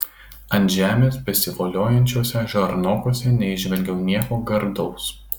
ant žemės besivoliojančiuose žarnokuose neįžvelgiau nieko gardaus